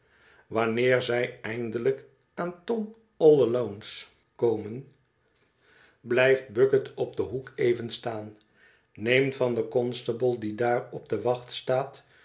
wanneer zij eindelijk aan tom all alones komen blijft bucket op den hoek even staan neemt van den constable die daar op de wacht staat